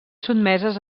sotmeses